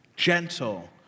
gentle